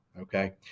Okay